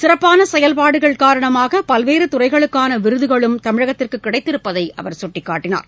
சிறப்பான செயல்பாடுகள் காரணமாக பல்வேறு துறைகளுக்கான விருதுகளும் தமிழகத்திற்கு கிடைத்திருப்பதை அவர் சுட்டிக்காட்டினார்